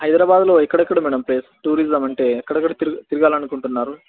హైదరాబాద్లో ఎక్కడెక్కడ madam place tourism అంటే ఎక్కడెక్కడ తిర తిరగాలని అనుకుంటున్నారు